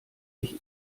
ich